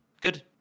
Good